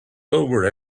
lower